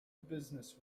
business